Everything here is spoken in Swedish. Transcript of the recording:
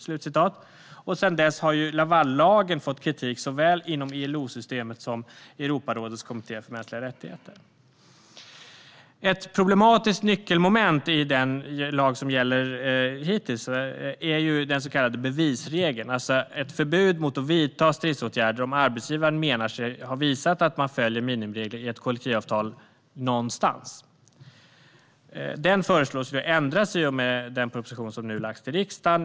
Sedan dess har Lavallagen fått kritik såväl inom ILO-systemet som i Europarådets kommitté för mänskliga rättigheter. Ett problematiskt nyckelmoment i den nu gällande lagen är den så kallade bevisregeln, alltså ett förbud mot att vidta stridsåtgärder om arbetsgivaren menar sig ha visat att man följer minimiregler i ett kollektivavtal någonstans. Den föreslås ändras i och med den proposition som nu har lagts fram för riksdagen.